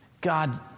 God